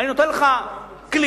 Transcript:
אני נותן לך כלי